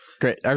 Great